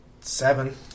Seven